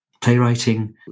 Playwriting